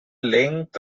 length